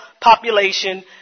population